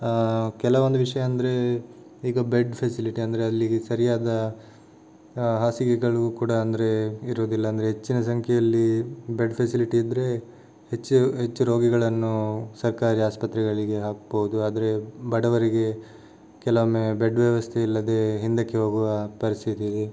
ಕೆಲವೊಂದು ವಿಷಯ ಅಂದರೆ ಈಗ ಬೆಡ್ ಫೆಸಿಲಿಟಿ ಅಂದರೆ ಅಲ್ಲಿಗೆ ಸರಿಯಾದ ಹಾಸಿಗೆಗಳು ಕೂಡ ಅಂದರೆ ಇರುವುದಿಲ್ಲ ಅಂದರೆ ಹೆಚ್ಚಿನ ಸಂಖ್ಯೆಯಲ್ಲಿ ಬೆಡ್ ಫೆಸಿಲಿಟಿ ಇದ್ದರೆ ಹೆಚ್ಚು ಹೆಚ್ಚು ರೋಗಿಗಳನ್ನು ಸರ್ಕಾರಿ ಆಸ್ಪತ್ರೆಗಳಿಗೆ ಹಾಕಬಹುದು ಆದರೆ ಬಡವರಿಗೆ ಕೆಲವೊಮ್ಮೆ ಬೆಡ್ ವ್ಯವಸ್ಥೆ ಇಲ್ಲದೇ ಹಿಂದಕ್ಕೆ ಹೋಗುವ ಪರಿಸ್ಥಿತಿ